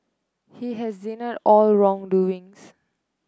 he has denied all wrongdoings